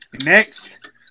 Next